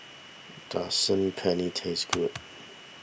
does Saag Paneer taste good